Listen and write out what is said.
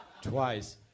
Twice